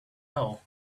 hole